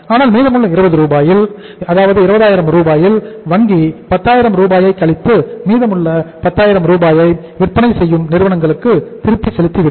ஆகவே மீதமுள்ள 20000 ரூபாயில் வங்கி 10000 ரூபாயை கழித்து மீதமுள்ள 10000 ரூபாயை விற்பனை செய்யும் நிறுவனங்களுக்கு திரும்பி செலுத்திவிடும்